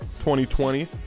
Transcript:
2020